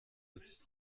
ist